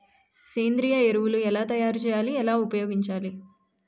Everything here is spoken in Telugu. సేంద్రీయ ఎరువులు ఎలా తయారు చేయాలి? ఎలా ఉపయోగించాలీ?